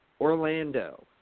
Orlando